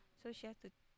so she have to